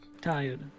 tired